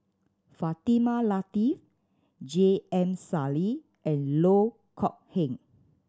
Fatimah Lateef J M Sali and Loh Kok Heng